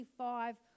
25